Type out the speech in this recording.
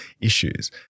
issues